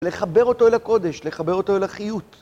לחבר אותו אל הקודש, לחבר אותו אל החיות.